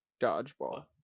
Dodgeball